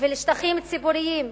בשביל שטחים ציבוריים?